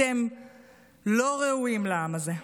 אתם לא ראויים לעם הזה.